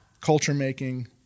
culture-making